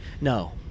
No